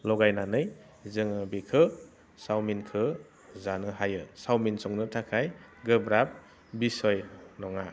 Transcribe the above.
लगायनानै जोङो बेखौ चावमिनखो जानो हायो चावमिन संनो थाखाय गोब्राब बिसय नङा